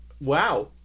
Wow